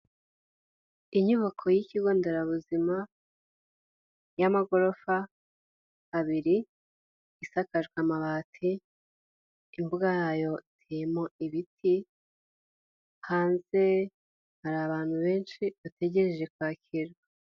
Inyubako y'ikigonderabuzima y'amagorofa abiri isakajwe amabati imbuga yayo irimo ibiti, hanze hari abantu benshi bategereje kwakirwa.